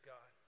God